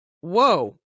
whoa